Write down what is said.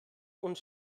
und